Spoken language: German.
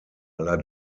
aller